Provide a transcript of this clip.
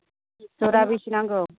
ज'रा बेसे नांगौ